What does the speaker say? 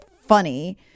funny